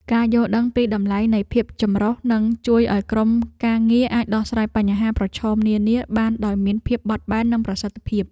ការយល់ដឹងពីតម្លៃនៃភាពចម្រុះនឹងជួយឱ្យក្រុមការងារអាចដោះស្រាយបញ្ហាប្រឈមនានាបានដោយមានភាពបត់បែននិងប្រសិទ្ធភាព។